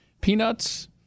peanuts